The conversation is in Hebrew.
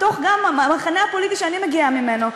גם בתוך המחנה הפוליטי שאני מגיעה ממנו,